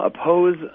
oppose